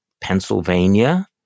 Pennsylvania